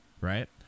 Right